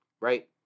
right